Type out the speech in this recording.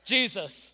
Jesus